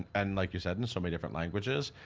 and like you said in so many different languages.